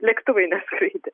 lėktuvai neskraidė